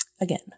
again